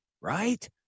right